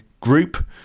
group